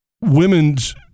Women's